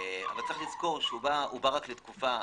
אבל יש לזכור שהוא בא רק לתקופה.